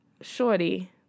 Shorty